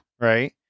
Right